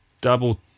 Double